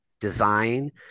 design